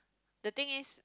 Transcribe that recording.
the thing is